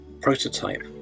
prototype